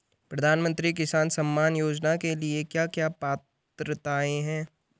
प्रधानमंत्री किसान सम्मान योजना के लिए क्या क्या पात्रताऐं हैं?